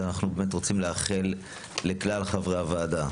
רוצים לאחל לכלל חברי הוועדה,